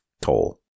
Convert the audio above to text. toll